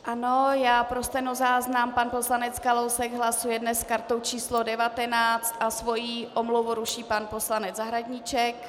Ano, já pro stenozáznam pan poslanec Kalousek hlasuje dnes s kartou číslo 19 a svoji omluvu ruší pan poslanec Zahradníček.